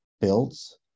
builds